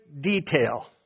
detail